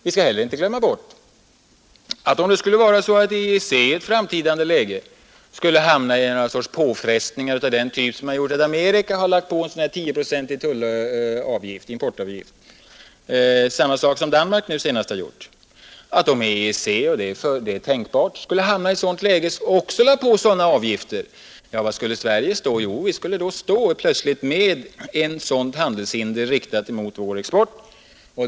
Vi skall heller inte glömma bort att om EEC i ett framtida läge skulle hamna i någon sorts påfrestning av den typ som gjort att USA har lagt på en 10-procentig importavgift — samma sak som Danmark nu senast har gjort — så kan EEC också införa en sådan avgift. Var skulle då Sverige stå? Jo, vi skulle stå med ett sådant handelshinder riktat mot vår export.